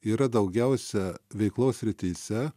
yra daugiausia veiklos srityse